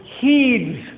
heeds